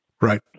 Right